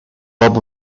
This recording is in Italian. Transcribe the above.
bob